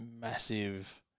massive